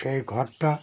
সেই ঘরটা